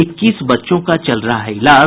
इक्कीस बच्चों का चल रहा है इलाज